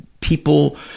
people